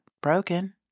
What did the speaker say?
broken